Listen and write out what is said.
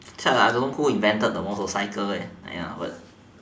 actually I don't know who invented the motorcycle ya but